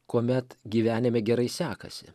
kuomet gyvenime gerai sekasi